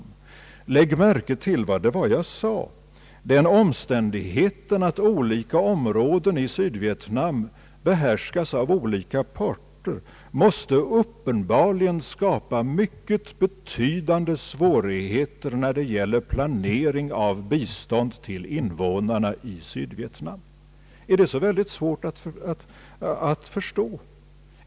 Men lägg märke till vad jag sade: Den omständigheten att olika områden i Sydvietnam behärskas av olika parter måste uppenbarligen skapa mycket betydande svårigheter när det gäller planering av bistånd till invånarna i Sydvietnam. Är det så väldigt svårt att förstå?